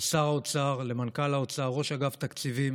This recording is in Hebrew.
לשר האוצר, למנכ"ל האוצר, לראש אגף תקציבים